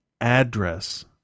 address